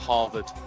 Harvard